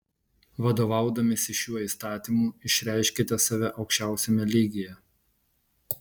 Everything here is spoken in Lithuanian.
vadovaudamiesi šiuo įstatymu išreiškiate save aukščiausiame lygyje